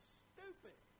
stupid